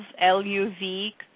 L-U-V